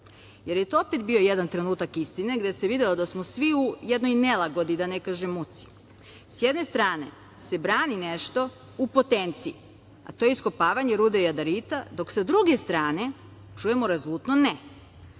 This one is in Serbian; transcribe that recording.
jer je to opet bio jedan trenutak istine gde se videlo da smo svi u jednoj nelagodi, da ne kažem muci? S jedne strane se brani nešto u potenciji, a to je iskopavanje rude jadarita, dok sa druge strane čujemo rezolutno „ne“,